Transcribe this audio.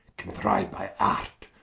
contriu'd by art,